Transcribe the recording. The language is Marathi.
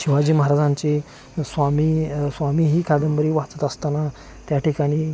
शिवाजी महाराजांची स्वामी स्वामी ही कादंबरी वाचत असताना त्या ठिकाणी